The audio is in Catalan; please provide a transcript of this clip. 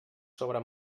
sobre